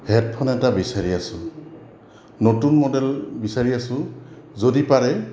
headphone এটা বিচাৰি আছোঁ নতুন মডেল বিচাৰি আছোঁ যদি পাৰে